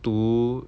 读